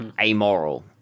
amoral